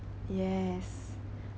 yes